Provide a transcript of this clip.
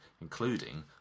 including